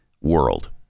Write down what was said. world